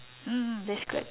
mm that's good